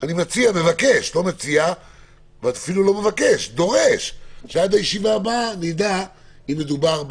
אני בכל זאת דורש שעד הישיבה הבאה נדע בוודאות.